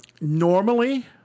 Normally